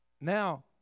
Now